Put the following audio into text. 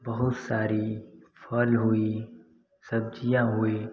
बहुत सारी फल हुई सब्ज़ियाँ हुई